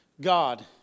God